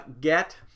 get